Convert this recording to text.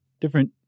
different